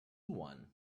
one